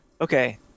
okay